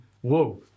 Whoa